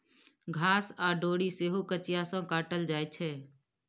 घास आ डोरी सेहो कचिया सँ काटल जाइ छै